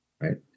right